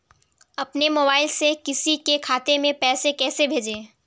अपने मोबाइल से किसी के खाते में पैसे कैसे भेजें?